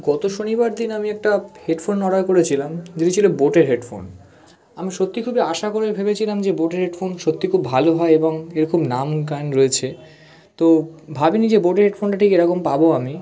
গত শনিবার দিন আমি একটা হেডফোন অর্ডার করেছিলাম যেটি ছিল বোটের হেডফোন আমি সত্যিই খুবই আশা করে ভেবেছিলাম যে বোটের হেডফোন সত্যি খুব ভালো হয় এবং এর খুব নাম গান রয়েছে তো ভাবিনি যে বোটের হেডফোনটা ঠিক এরকম পাবো আমি